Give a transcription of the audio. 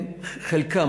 חלקם,